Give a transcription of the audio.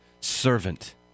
servant